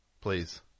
Please